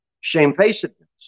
Shamefacedness